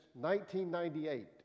1998